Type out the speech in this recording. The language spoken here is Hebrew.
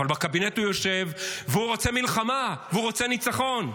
אבל בקבינט הוא יושב והוא רוצה מלחמה והוא רוצה ניצחון.